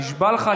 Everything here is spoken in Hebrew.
נשבע לך,